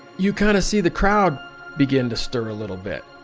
you kind of see the crowd begin to stir a little bit.